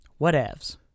Whatevs